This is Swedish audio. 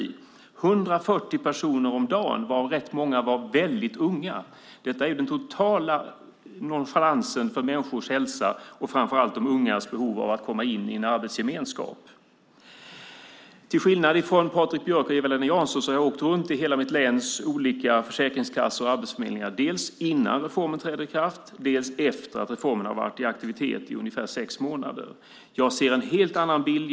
Det var 140 personer om dagen, varav rätt många var väldigt unga. Detta är den totala nonchalansen för människors hälsa och framför allt de ungas behov av att komma in i en arbetsgemenskap. Till skillnad från Patrik Björck och Eva-Lena Jansson har jag åkt runt till hela mitt läns olika försäkringskassor och arbetsförmedlingar, dels innan reformen trädde i kraft, dels efter att reformen hade varit aktiv i ungefär sex månader. Jag ser en helt annan bild.